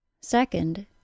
Second